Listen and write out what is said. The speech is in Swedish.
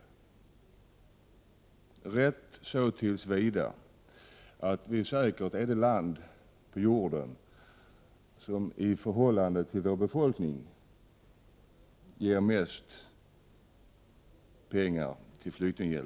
Det är rätt så till vida att Sverige säkert är det land på jorden som ger mest pengar till flyktinghjälpen i förhållande till sin befolkning.